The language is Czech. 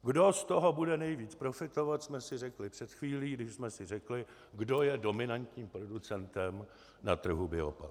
Kdo z toho bude nejvíc profitovat, jsme si řekli před chvílí, když jsme si řekli, kdo je dominantním producentem na trhu biopaliv.